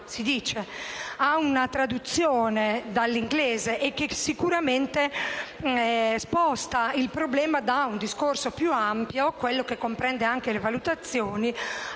si dice ‑ a una traduzione dall'inglese, che sicuramente sposta il problema da un discorso più ampio (quello che comprende anche le valutazioni)